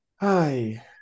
Hi